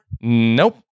Nope